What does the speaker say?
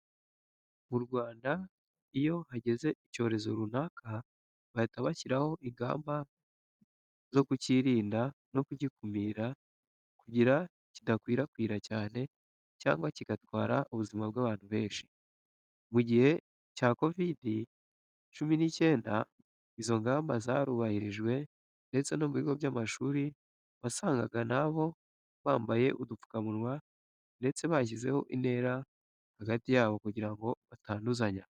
Mu Rwanda iyo hageze icyorezo runaka, bahita bashyiraho ingamba zo kukirinda no kugikumira kugira kidakwirakwira cyane cyangwa kigatwara ubuzima bw'abantu benshi. Mu gihe cya Covid cumi n'icyenda izo ngamba zarubahirijwe ndetse no mu bigo by'amashuri wasangaga na bo bambaye udupfukamunwa ndetse bashyizemo intera hagati yabo kugira batanduzanya.